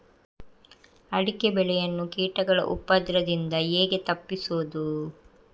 ಅಡಿಕೆ ಬೆಳೆಯನ್ನು ಕೀಟಗಳ ಉಪದ್ರದಿಂದ ಹೇಗೆ ತಪ್ಪಿಸೋದು?